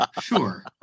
sure